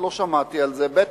לא שמעתי על זה, ב.